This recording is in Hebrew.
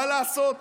מה לעשות.